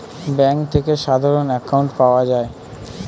bank থেকে সাধারণ account পাওয়া যায়